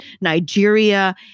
Nigeria